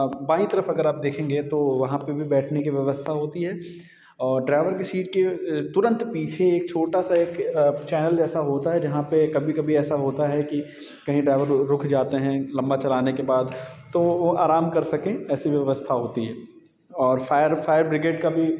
बायीं तरफ आप देखेंगे तो वहाँ पे भी बैठने की व्यवस्था होती है और ड्राईवर की सीट के तुरंत पीछे एक छोटा सा एक चैनल जैसा होता है जहाँ पे कभी कभी ऐसा होता है कि कहीं ड्राईवर रुक जाते हैं लंबा चलाने के बाद तो वो आराम कर सकें ऐसी व्यवस्था होती है और फायर फायर ब्रिगेड का भी